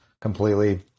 completely